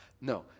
no